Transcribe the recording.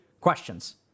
Questions